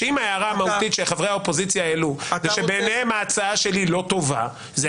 שחברי האופוזיציה לא נתנו הערות מהותיות לשיטתך.